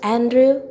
Andrew